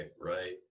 right